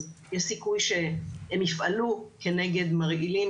אז יש סיכוי שהם יפעלו כנגד מרעילים